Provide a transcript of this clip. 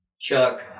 Chuck